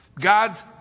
God's